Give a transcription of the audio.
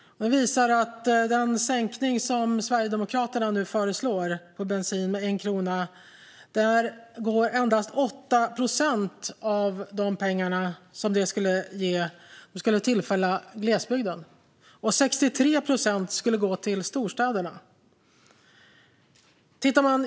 Det visar att av pengarna som den sänkning av bensinskatten med 1 krona som Sverigedemokraterna nu föreslår skulle ge skulle endast 8 procent tillfalla glesbygden medan 63 procent skulle gå till storstäderna.